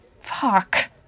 Fuck